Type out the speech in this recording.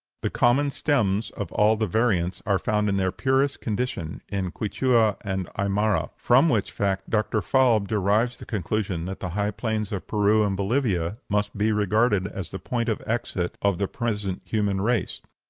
the common stems of all the variants are found in their purest condition in quichua and aimara, from which fact dr. falb derives the conclusion that the high plains of peru and bolivia must be regarded as the point of exit of the present human race.